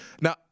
Now